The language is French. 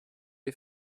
les